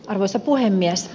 arvoisa puhemies